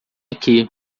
aqui